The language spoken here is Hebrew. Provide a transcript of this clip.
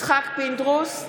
יצחק פינדרוס,